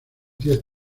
diez